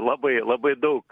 labai labai daug